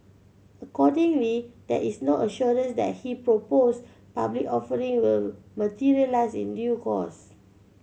accordingly there is no assurance that he proposed public offering will materialise in due course